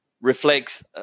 reflects